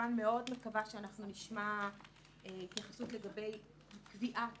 כמובן מאוד מקווה שנשמע התייחסות לגבי קביעת